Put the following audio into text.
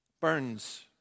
Burns